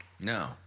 No